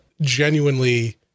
genuinely